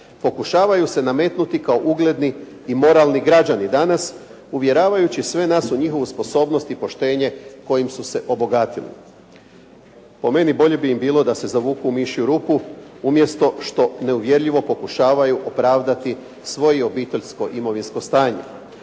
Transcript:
Pokušavaju se nametnuti kao ugledni i moralni građani danas uvjeravajući sve nas u njihovu sposobnost i poštenje kojim su se obogatili. Po meni bolje bi im bilo da se zavuku u mišju rupu umjesto što neuvjerljivo pokušavaju opravdati svoje obiteljsko imovinsko stanje.